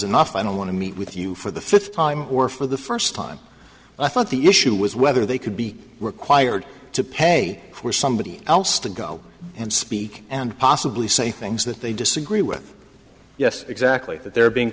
enough i don't want to meet with you for the fifth time or for the first time i thought the issue was whether they could be required to pay for somebody else to go and speak and possibly say things that they agree with yes exactly that they're being